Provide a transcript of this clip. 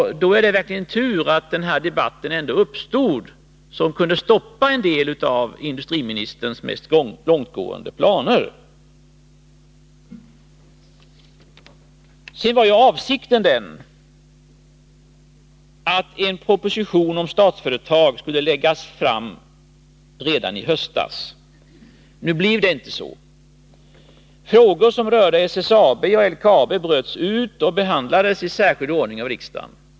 Därför är det verkligen tur att den här debatten, som kunde stoppa en del av industriministerns mest långtgående planer, uppstått. Avsikten var ju vidare att en proposition om Statsföretag skulle läggas fram redan i höstas. Nu blev det inte så. Frågor som rörde SSAB och LKAB bröts ut och behandlades i särskild ordning av riksdagen.